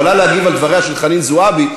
הוא עלה להגיב על דבריה של חנין זועבי,